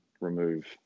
remove